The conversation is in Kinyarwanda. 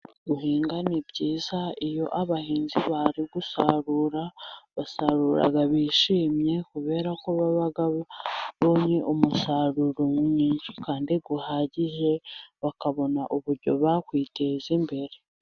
Guhinga ni byiza iyo abahinzi barigusarura, basarura bishimye kubera ko bababonye umusaruro mwinshi kandi uhagije bakabona uburyo bakwiteze imbere.